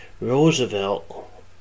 Roosevelt